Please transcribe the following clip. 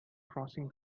crossing